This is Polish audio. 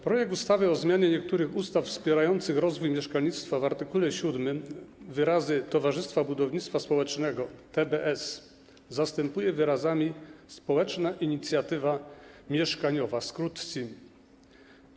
Projekt ustawy o zmianie niektórych ustaw wspierających rozwój mieszkalnictwa w art. 7 wyrazy towarzystwa budownictwa społecznego TBS zastępuje wyrazami społecznej inicjatywy mieszkaniowej, skrót SIM.